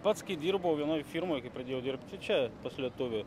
pats dirbau vienoj firmoj kai pradėjau dirbti šičia pas lietuvį